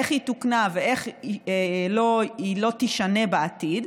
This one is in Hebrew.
איך היא תוקנה ואיך היא לא תישנה בעתיד,